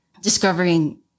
discovering